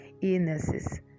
illnesses